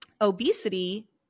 obesity